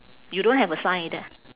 you don't have a sign like that